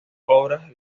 obras